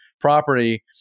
property